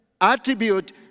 attribute